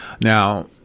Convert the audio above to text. Now